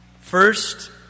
First